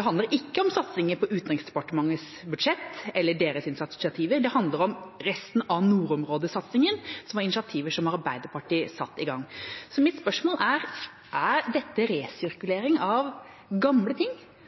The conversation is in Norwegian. handler ikke om satsinger på Utenriksdepartementets budsjett eller deres initiativer. Det handler om resten av nordområdesatsingen, som var initiativer som Arbeiderpartiet satte i gang. Så mitt spørsmål er: Er dette resirkulering av gamle ting,